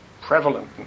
prevalent